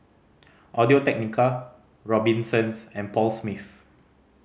Audio Technica Robinsons and Paul Smith